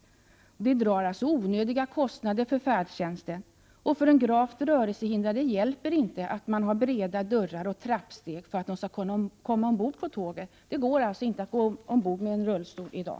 Det blir alltså onödiga kostnader för färdtjänsten. För en gravt rörelsehindrad är det inte till någon hjälp att det finns breda dörrar och trappsteg när det gäller att komma ombord på tåget. Det går alltså inte att komma ombord med en rullstol i dag.